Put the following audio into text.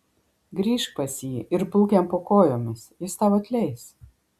grįžk pas jį ir pulk jam po kojomis jis tau atleis